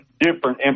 different